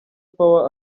power